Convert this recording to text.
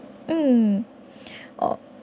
uh